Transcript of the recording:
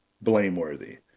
blameworthy